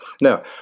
now